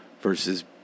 Versus